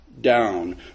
down